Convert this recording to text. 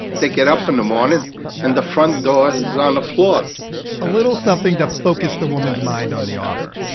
they get up in the morning and the front door is on the floor a little something to focus the woman's mind on the offer.